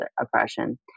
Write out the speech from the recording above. oppression